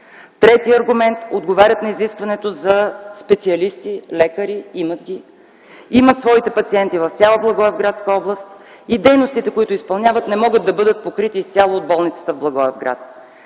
Третият аргумент: отговарят на изискването за специалисти, лекари – имат ги. Имат своите пациенти в цяла Благоевградска област и дейностите, които изпълняват не могат да бъдат покрити изцяло от болницата в Благоевград.